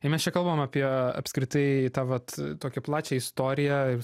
jei mes čia kalbam apie apskritai tą vat tokią plačią istoriją